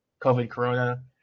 COVID-corona